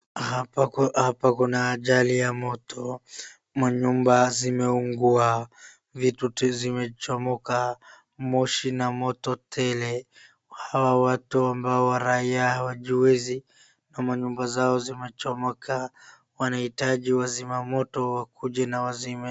Hapa kuna ajali ya moto, manyumba zimeungua .Vituti zimechomoka , moshi na moto tele hawa watu ambao wa raia hawajiwezai ama nyumba zao zimechomeka , wanahitaji wazima moto wakuje na wazime.